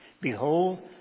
Behold